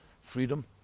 freedom